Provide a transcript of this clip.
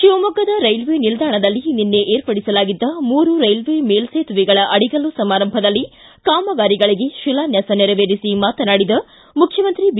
ಶಿವಮೊಗ್ಗದ ರೈಲ್ವೇ ನಿಲ್ವಾಣದಲ್ಲಿ ನಿನ್ನೆ ಏರ್ಪಡಿಸಲಾಗಿದ್ದ ಮೂರು ರೈಲ್ವೇ ಮೇಲ್ಲೇತುವೆಗಳ ಅಡಿಗಲ್ಲು ಸಮಾರಂಭದಲ್ಲಿ ಕಾಮಗಾರಿಗಳಿಗೆ ಶಿಲಾನ್ಯಾಸ ನೆರವೇರಿಸಿ ಮಾತನಾಡಿದ ಮುಖ್ಯಮಂತ್ರಿ ಬಿ